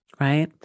right